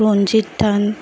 ৰঞ্জিত ধান